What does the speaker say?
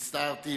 הצטערתי,